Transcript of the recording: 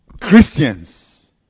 Christians